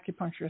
acupuncturist